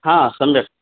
हा सम्यक्